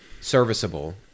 serviceable